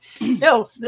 no